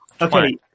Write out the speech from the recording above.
okay